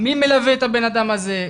מי מלווה את הבן האדם הזה?